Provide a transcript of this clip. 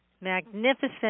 magnificent